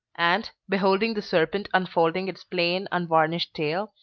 and, beholding the serpent unfolding its plain, unvarnished tail,